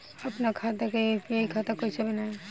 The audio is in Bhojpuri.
आपन खाता के यू.पी.आई खाता कईसे बनाएम?